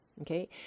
okay